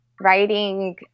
writing